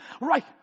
right